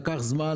לקח זמן,